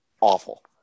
awful